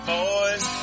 Boys